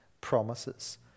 promises